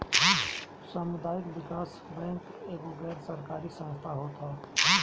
सामुदायिक विकास बैंक एगो गैर सरकारी संस्था होत हअ